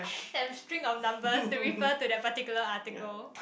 they have a string of numbers they refer to the particular article